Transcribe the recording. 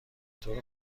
بطور